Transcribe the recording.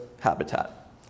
habitat